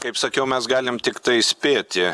kaip sakiau mes galim tiktai spėti